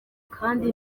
kandi